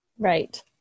Right